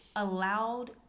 allowed